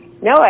No